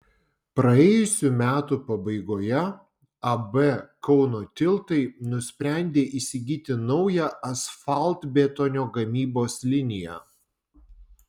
praėjusių metų pabaigoje ab kauno tiltai nusprendė įsigyti naują asfaltbetonio gamybos liniją